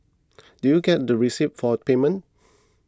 do you get the receipts for payments